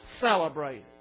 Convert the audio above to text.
celebrated